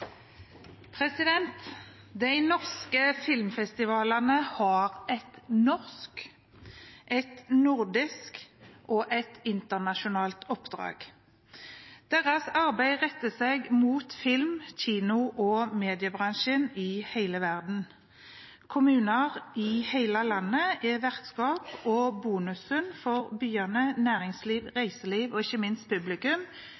norske filmfestivalene har et norsk, et nordisk og et internasjonalt oppdrag. Deres arbeid retter seg mot film-, kino- og mediebransjen i hele verden. Kommuner i hele landet er vertskap, og bonusen for byene, næringslivet, reiselivet og ikke minst publikum